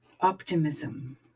optimism